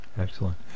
Excellent